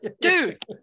dude